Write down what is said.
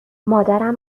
مادرم